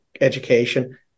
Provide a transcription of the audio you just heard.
education